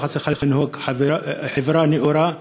ככה צריכה לנהוג חברה נאורה,